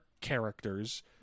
characters